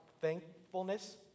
thankfulness